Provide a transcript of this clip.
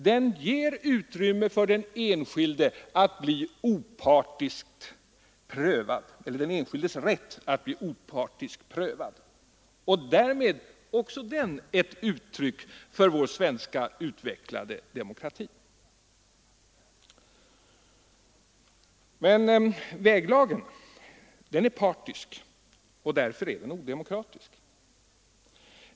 Den ger utrymme för att den enskildes rätt blir opartiskt prövad, och därmed är också den ett uttryck för vår svenska utvecklade demokrati. Men väglagen är partisk, och därför är den odemokratisk.